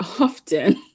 often